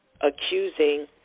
accusing